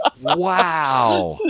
Wow